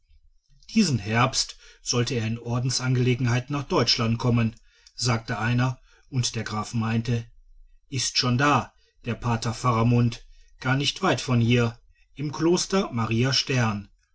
diesen herbst sollte er in ordensangelegenheiten nach deutschland kommen sagte einer und der graf meinte ist schon da der pater faramund gar nicht weit von hier im kloster maria stern